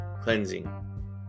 cleansing